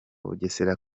bugesera